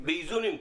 באיזונים.